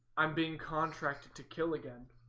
i'm being contracted to kill again